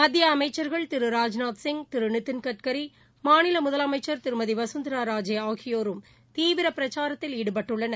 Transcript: மத்திய அமைச்சர்கள் திரு ராஜ்நாத்சிங் திரு நிதின்கட்கரி மாநில முதலமைச்சர் திருமதி வசுந்தரா ராஜே ஆகியோரும் தீவிர பிரச்சாரத்தில் ஈடுபட்டுள்ளனர்